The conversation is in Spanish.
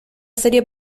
serie